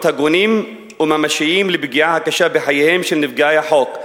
הגונים וממשיים לפגיעה הקשה בחייהם של נפגעי החוק.